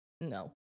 no